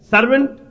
Servant